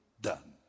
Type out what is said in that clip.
done